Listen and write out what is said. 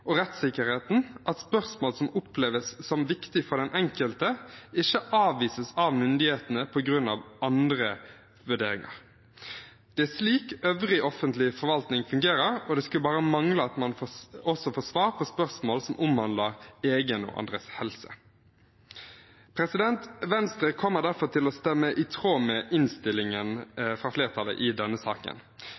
og rettssikkerheten at spørsmål som oppleves som viktig for den enkelte, ikke avvises av myndighetene på grunn av andre vurderinger. Det er slik øvrig offentlig forvaltning fungerer, og det skulle bare mangle at man ikke også får svar på spørsmål som omhandler egen og andres helse. Venstre kommer derfor til å stemme i tråd med innstillingen fra flertallet i denne saken,